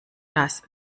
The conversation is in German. das